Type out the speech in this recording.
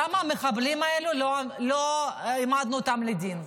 למה לא העמדנו את המחבלים האלה לדין?